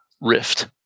rift